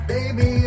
Baby